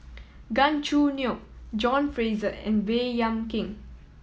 Gan Choo Neo John Fraser and Baey Yam Keng